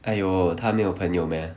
!aiyo! 他没有朋友 meh